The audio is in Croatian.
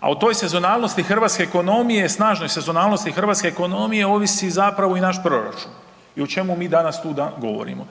a u toj sezonalnosti hrvatske ekonomije, snažnoj sezonalnosti hrvatske ekonomije ovisi i naš proračun i o čemu mi danas tu govorimo.